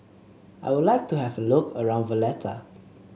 I would like to have a look around Valletta